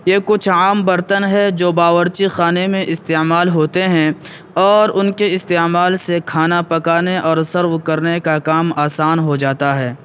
یہ کچھ عام برتن ہیں جو باورچی خانے میں استعمال ہوتے ہیں اور ان کے استعمال سے کھانا پکانے اور سرو کرنے کا کام آسان ہوجاتا ہے